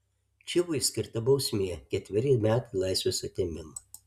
čivui skirta bausmė ketveri metai laisvės atėmimo